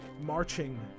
marching